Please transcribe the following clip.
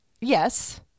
Yes